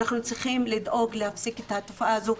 ואנחנו צריכים לדאוג להפסיק את התופעה הזאת,